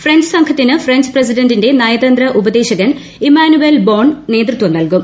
French സംഘത്തിന് French പ്രസിഡണ്ടന്റിന്റെ നയതന്ത്ര ഉപദേശകൻ ഇമ്മാനുവേൽ ബോൺ ന്റേതൃത്വ് നൽകും